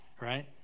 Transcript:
right